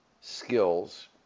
skills